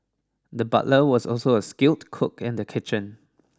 the butcher was also a skilled cook in the kitchen